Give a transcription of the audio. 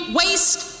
waste